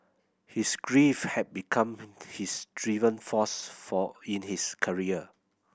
his grief had become his driven force for in his career